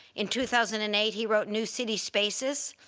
in two thousand and eight he wrote new city spaces,